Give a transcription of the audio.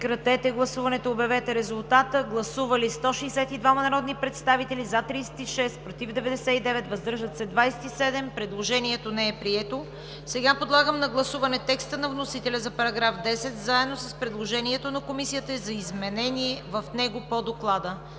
представители. Гласували 162 народни представители: за 36, против 99, въздържали се 27. Предложението не е прието. Сега подлагам на гласуване текста на вносителя за § 10, заедно с предложението на Комисията за изменение в него по доклада.